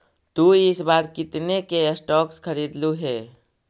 तु इस बार कितने के स्टॉक्स खरीदलु हे